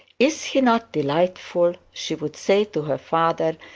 is he not delightful she would say to her father,